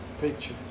picture